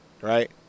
right